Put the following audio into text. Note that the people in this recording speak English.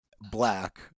black